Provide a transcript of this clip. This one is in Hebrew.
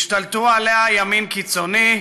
השתלט עליה ימין קיצוני,